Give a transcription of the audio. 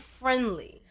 friendly